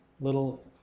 little